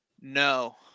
No